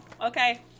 okay